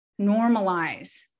normalize